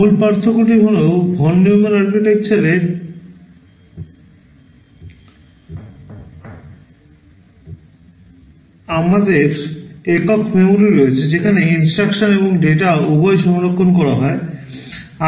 মূল পার্থক্যটি হল ভন নিউম্যান আর্কিটেকচারে আমাদের একক memory রয়েছে যেখানে instruction এবং ডেটা উভয়ই সংরক্ষণ করা হয়